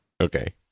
Okay